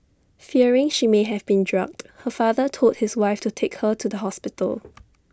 fearing she may have been drugged her father told his wife to take her to the hospital